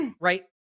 Right